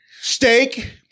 Steak